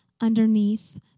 underneath